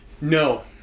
No